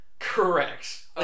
Correct